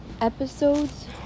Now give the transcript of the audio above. episodes